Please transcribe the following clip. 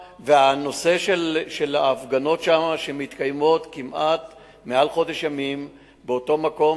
והנושא של ההפגנות שמתקיימות כמעט מעל חודש ימים באותו מקום,